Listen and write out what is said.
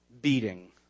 beating